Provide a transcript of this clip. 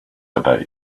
about